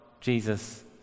Jesus